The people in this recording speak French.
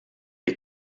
les